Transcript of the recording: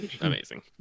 amazing